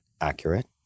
accurate